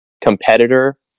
competitor